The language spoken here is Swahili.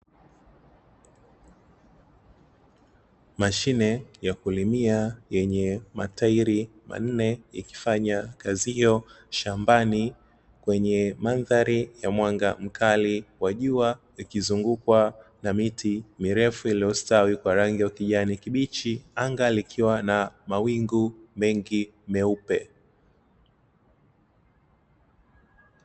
Mashine ya kulimia yenye matairi manne ikifanya kazi hiyo shambani, kwenye mandhari ya mwanga mkali wa jua, ikizungukwa na miti mirefu iliyostawi kwa rangi ya kijani kibichi. Anga likiwa na mawingu mengi meupe.